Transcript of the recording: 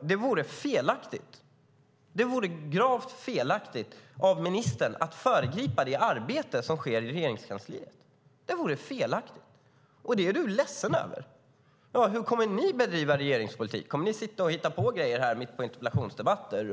Det vore dock gravt felaktigt av ministern att föregripa det arbete som sker i Regeringskansliet. Detta är Thomas Strand ledsen över. Hur kommer ni att bedriva regeringspolitik? Kommer ni att sitta och hitta på grejer mitt under interpellationsdebatter